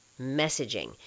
messaging